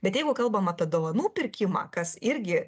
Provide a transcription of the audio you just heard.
bet jeigu kalbam apie dovanų pirkimą kas irgi